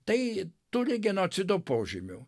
tai turi genocido požymių